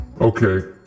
Okay